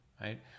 right